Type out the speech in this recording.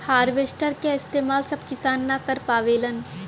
harvester क इस्तेमाल सब किसान न कर पावेलन